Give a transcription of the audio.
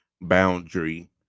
boundary